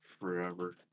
forever